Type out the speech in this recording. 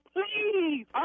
Please